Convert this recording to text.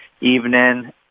evening